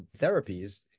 therapies